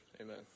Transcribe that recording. Amen